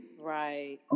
right